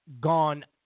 gone